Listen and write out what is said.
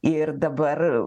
ir dabar